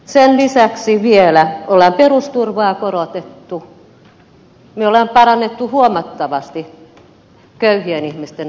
sen lisäksi vielä on perusturvaa korotettu me olemme parantaneet huomattavasti köyhien ihmisten asemaa